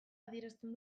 adierazten